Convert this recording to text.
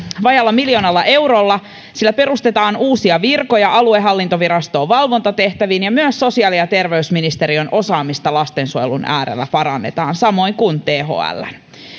vajaalla miljoonalla eurolla sillä perustetaan uusia virkoja aluehallintovirastoon valvontatehtäviin ja myös sosiaali ja terveysministeriön osaamista lastensuojelun äärellä parannetaan samoin kuin thln